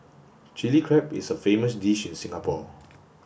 Chilli Crab is a famous dish in Singapore